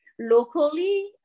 Locally